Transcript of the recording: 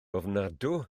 ofnadwy